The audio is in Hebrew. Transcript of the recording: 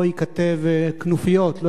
שבספרי לימוד ההיסטוריה לא ייכתב כנופיות.